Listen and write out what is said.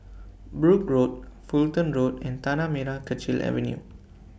Brooke Road Fulton Road and Tanah Merah Kechil Avenue